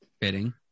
Bidding